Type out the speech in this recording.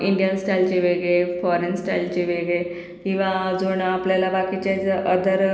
Indian स्टाईलचे वेगळे foreign स्टाईलचे वेगळे किंवा अजून आपल्याला बाकीचे जं अदर